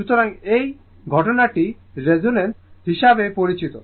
সুতরাং এই ঘটনাটি রেজোন্যান্স হিসাবে পরিচিত